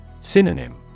Synonym